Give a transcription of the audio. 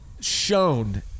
shown